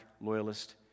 Loyalist